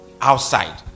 outside